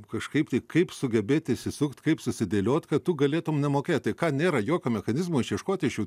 kažkaip tai kaip sugebėt išsisukt kaip susidėliot kad tu galėtum nemokėt tai ką nėra jokio mechanizmo išieškot iš jų